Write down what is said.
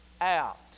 out